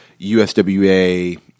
USWA